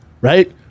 Right